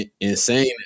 insane